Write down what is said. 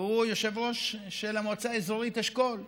שהוא יושב-ראש של המועצה האזורית אשכול,